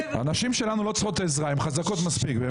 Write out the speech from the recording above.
הנשים שלנו לא צריכות עזרה, הן חזקות מספיק.